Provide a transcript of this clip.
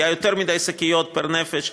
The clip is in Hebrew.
היו יותר מדי שקיות פר-נפש